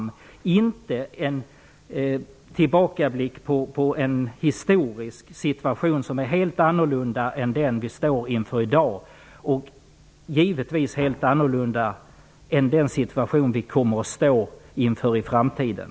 Det skall inte göras en tillbakablick på en historisk situation som är helt annorlunda jämfört med den vi står inför i dag och som givetvis är helt annorlunda jämfört med den situation som vi kommer att stå inför i framtiden.